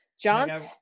John's